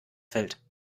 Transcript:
fällt